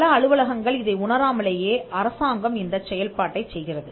பல அலுவலகங்கள் இதை உணராமலேயே அரசாங்கம் இந்தச் செயல்பாட்டைச் செய்கிறது